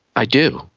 i do,